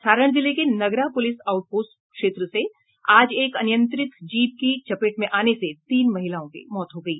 सारण जिले के Nagra police outpost क्षेत्र में आज एक अनियंत्रित जीप की चपेट में आने से तीन महिलाओं की मौत हो गयी